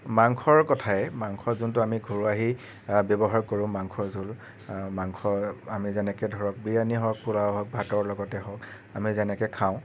মাংসৰ কথাই মাংস যোনটো আমি ঘৰুৱা সেই ব্যৱহাৰ কৰোঁ মাংস জোল মাংসৰ আমি যেনেকৈ ধৰক বিৰিয়ানী হওঁক পোলাও হওঁক বা ভাতৰ লগতে হওঁক আমি যেনেকে খাওঁ